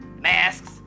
Masks